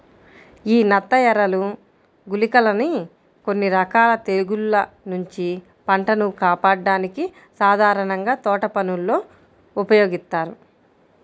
యీ నత్తఎరలు, గుళికలని కొన్ని రకాల తెగుల్ల నుంచి పంటను కాపాడ్డానికి సాధారణంగా తోటపనుల్లో ఉపయోగిత్తారు